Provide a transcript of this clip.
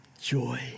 joy